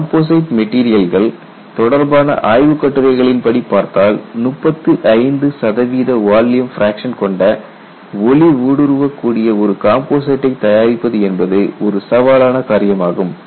composite மெட்டீரியல்கள் தொடர்பான ஆய்வுக் கட்டுரைகளின் படி பார்த்தால் 35 சதவீத வால்யூம் பிராக்சன் கொண்ட ஒளி ஊடுருவக்கூடிய ஒரு காம்போசைட்டை தயாரிப்பது என்பது ஒரு சவாலான காரியமாகும்